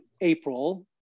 April